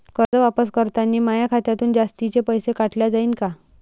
कर्ज वापस करतांनी माया खात्यातून जास्तीचे पैसे काटल्या जाईन का?